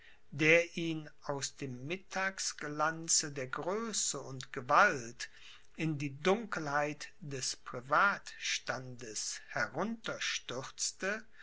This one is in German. der ihn aus dem mittagsglanze der größe und gewalt in die dunkelheit des privatstandes